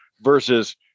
versus